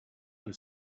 find